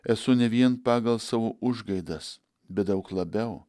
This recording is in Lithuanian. esu ne vien pagal savo užgaidas bet daug labiau